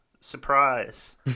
surprise